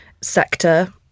sector